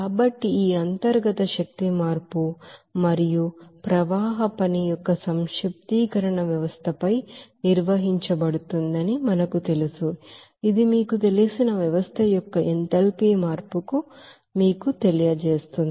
కాబట్టి ఈ internal energy change మరియు ఫ్లో వర్క్ యొక్క సమేషన్ వ్యవస్థపై నిర్వహించబడుతుందని మనకు తెలుసు ఇది మీకు తెలిసిన వ్యవస్థ యొక్క ఎంథాల్పీ మార్పును మీకు తెలియజేస్తుంది